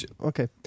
Okay